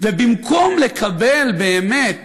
ובמקום לקבל באמת